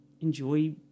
enjoy